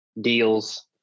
deals